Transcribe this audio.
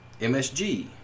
MSG